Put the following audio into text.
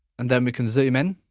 and then we can zoom in